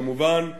כמובן,